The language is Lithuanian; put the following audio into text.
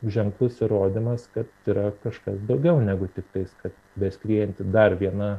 ženklus įrodymas kad yra kažkas daugiau negu tiktais kad beskriejanti dar viena